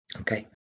okay